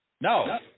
No